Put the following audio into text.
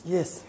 Yes